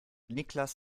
niklas